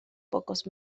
pocos